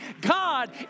God